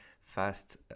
fast